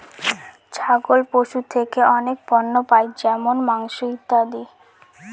ছাগল পশু থেকে অনেক পণ্য পাই যেমন মাংস, ইত্যাদি